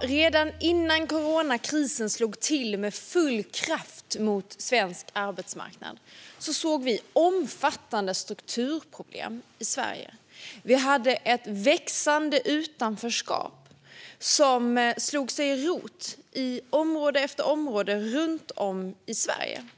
Redan innan coronakrisen slog till med full kraft mot svensk arbetsmarknad såg vi omfattande strukturproblem i Sverige. Vi hade ett växande utanförskap som slog rot i område efter område runt om i landet.